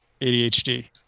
ADHD